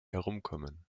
herumkommen